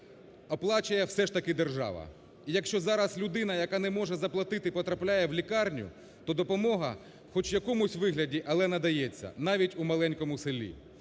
оплачує все ж таки держава. І, якщо зараз людина, яка не може заплатити, потрапляє в лікарню, то допомога хоч в якомусь вигляді, але надається, навіть у маленькому селі.